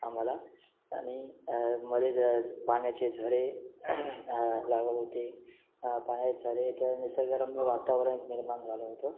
आम्हाला आणि मध्ये पाण्याचे झरे लागत होते पाण्याचे झरे तर निसर्गरम्य वातावरण निर्माण झालं होतं